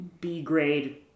B-grade